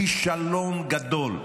כישלון גדול.